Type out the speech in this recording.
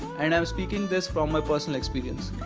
and i am speaking this from my personal experience.